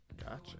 Gotcha